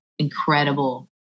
incredible